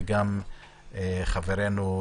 וגם חברנו,